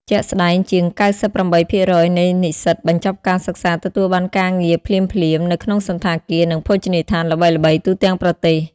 ជាក់ស្ដែង ជាង ៩៨% នៃនិស្សិតបញ្ចប់ការសិក្សាទទួលបានការងារភ្លាមៗនៅក្នុងសណ្ឋាគារ និងភោជនីយដ្ឋានល្បីៗទូទាំងប្រទេស។